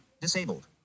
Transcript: Disabled